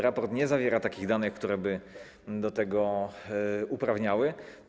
Raport nie zawiera takich danych, które by do tego uprawniały.